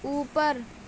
اوپر